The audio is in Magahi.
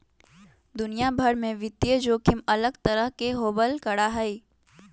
दुनिया भर में वित्तीय जोखिम अलग तरह के होबल करा हई